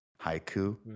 haiku